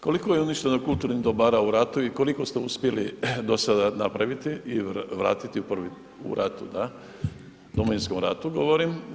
Koliko je uništeno kulturnih dobara u ratu i koliko ste uspjeli do sada napraviti i vratiti, da o Domovinskom ratu govorim?